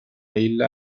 isla